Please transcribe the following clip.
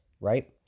right